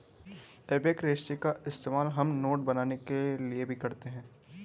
एबेक रेशे का इस्तेमाल हम नोट बनाने के लिए भी करते हैं